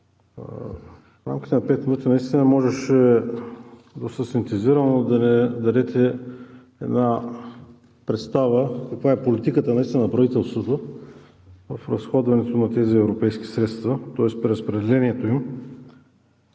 В рамките на пет минути можеше доста синтезирано да ни дадете една представа каква е политиката на правителството в разходването на тези европейски средства, тоест преразпределението им